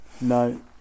No